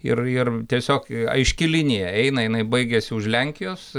ir ir tiesiog aiški linija eina jinai baigiasi už lenkijos